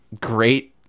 great